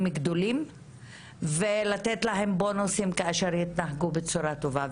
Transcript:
גדולים ולתת להם בונוסים כאשר יתנהגו בצורה טובה.